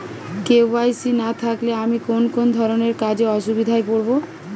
KYC না থাকলে আমি কোন কোন ধরনের কাজে অসুবিধায় পড়ব?